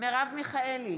מרב מיכאלי,